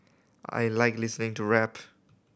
I like listening to rap